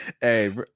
Hey